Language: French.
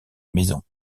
maison